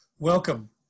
Welcome